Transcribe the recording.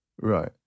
Right